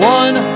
one